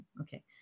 Okay